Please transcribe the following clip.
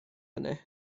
hynny